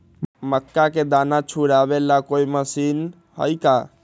मक्का के दाना छुराबे ला कोई मशीन हई का?